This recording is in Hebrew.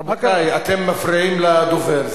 רבותי, אתם מפריעים לדובר.